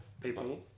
people